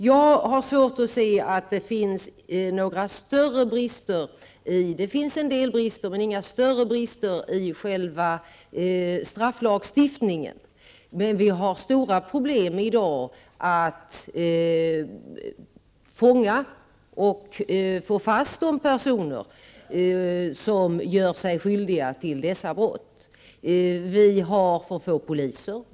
Jag har svårt att se att det finns några större brister, även om det finns en del brister, i själva strafflagstiftningen. Men vi har stora problem i dag med att fånga och få fast de personer som gör sig skyldiga till dessa brott. Vi har för få poliser.